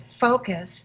focus